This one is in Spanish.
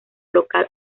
local